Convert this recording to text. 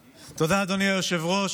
תודה, אדוני היושב-ראש.